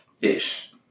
ish